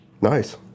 Nice